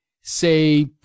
say